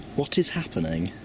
what is happening?